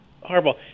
Horrible